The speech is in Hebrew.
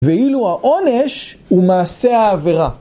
ואילו העונש הוא מעשה העבירה.